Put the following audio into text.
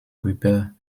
repair